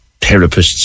therapists